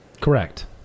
Correct